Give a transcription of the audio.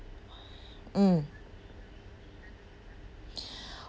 mm